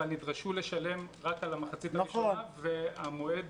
אבל נדרשו שלם רק על המחצית הראשונה והמועד